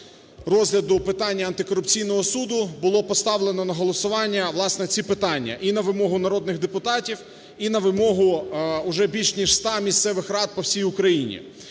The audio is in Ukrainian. розгляду питання антикорупційного суду, було поставлено на голосування власне ці питання і на вимогу народних депутатів, і на вимогу вже більш ніж 100 місцевих рад по всій Україні.